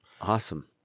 Awesome